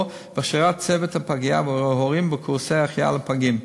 ובהכשרת צוות הפגייה וההורים בקורסי החייאה לפגים.